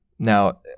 Now